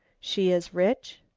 she is rich,